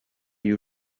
you